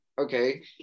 okay